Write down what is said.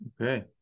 Okay